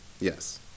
Yes